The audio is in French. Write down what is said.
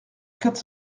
quatre